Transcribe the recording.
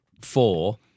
four